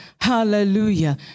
Hallelujah